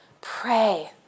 pray